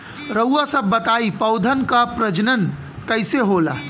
रउआ सभ बताई पौधन क प्रजनन कईसे होला?